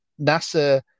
NASA